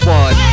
one